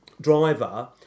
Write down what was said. driver